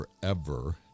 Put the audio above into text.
forever